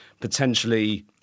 potentially